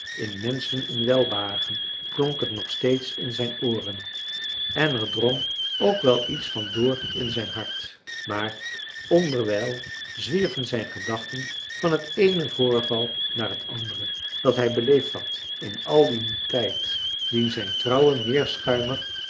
in menschen een welbehagen klonk het nog steeds in zijn ooren en er drong ook wel iets van door in zijn hart maar onderwijl zwierven zijn gedachten van het eene voorval naar het andere dat hij beleefd had in al dien tijd dien zijn trouwe